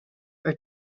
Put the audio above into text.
are